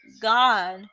God